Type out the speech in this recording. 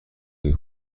های